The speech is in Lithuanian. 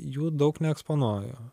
jų daug neeksponuoju